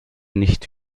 nicht